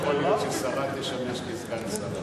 איך יכול להיות ששרה תשמש כסגן שר?